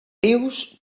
rius